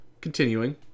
continuing